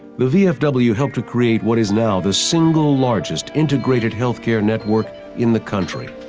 the vfw helped to create what is now the single largest integrated health care network in the country,